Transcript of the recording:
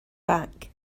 back